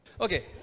Okay